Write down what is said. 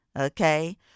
okay